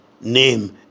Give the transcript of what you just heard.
name